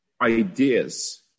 ideas